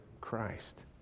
Christ